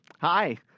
Hi